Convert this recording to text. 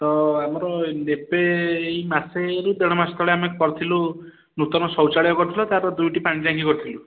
ତ ଆମର ଏବେ ଏହି ମାସେ କି ଦେଢ଼ ମାସ ତଳେ ଆମେ କରିଥିଲୁ ନୂତନ ଶୌଚାଳୟ କରିଥିଲୁ ଆଉ ତା'ର ଦୁଇଟି ପାଣି ଟାଙ୍କି କରିଥିଲୁ